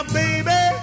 baby